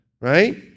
Right